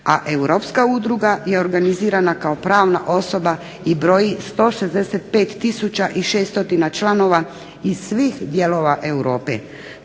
a europska udruga je organizirana kao pravna osoba i broji 156 tisuća 600 članova iz svih dijelova Europe.